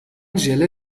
ژله